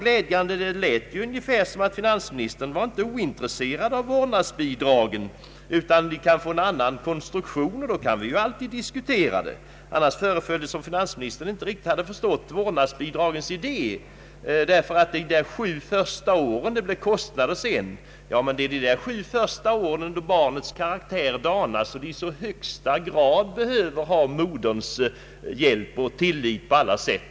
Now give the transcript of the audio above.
Glädjande nog lät det inte som om finansministern vore helt ointresserad av vårdnadsbidragen. Med en annan konstruktion skulle de kunna diskuteras. Annars föreföll det som om finansministern inte riktigt hade förstått vårdnadsbidragens idé. Det är ju under de sju första åren barnets karaktär danas, och då behöver det i högsta grad ha moderns hjälp och stöd på alla sätt.